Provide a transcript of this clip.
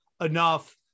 enough